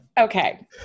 okay